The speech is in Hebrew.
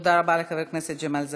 תודה רבה לחבר הכנסת ג'מאל זחאלקה.